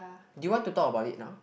do you want to talk about it now